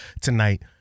tonight